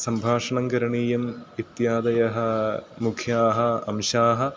सम्भाष्णं करणीयम् इत्यादयः मुख्याः अंशाः